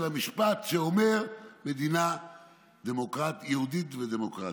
המשפט שאומר שהמדינה יהודית ודמוקרטית.